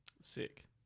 Sick